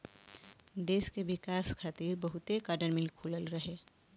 देस के विकास खातिर बहुते काटन मिल खुलल रहे